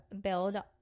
build